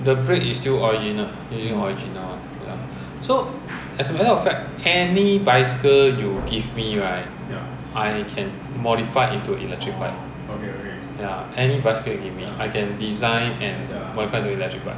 the brake is still original still original [one] ya so as a matter of fact any bicycle you give me right I can modified into electric bike ya any bicycle you give me I can design and modify into electric bike